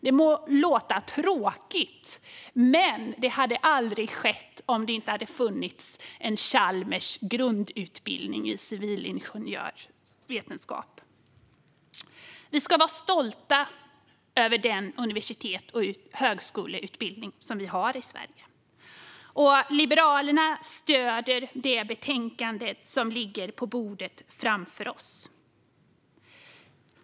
Det må låta tråkigt, men det hade aldrig skett om det inte hade funnits en grundutbildning i civilingenjörsvetenskap på Chalmers. Vi ska vara stolta över den universitets och högskoleutbildning som vi har i Sverige. Liberalerna stöder det betänkande som ligger på riksdagens bord.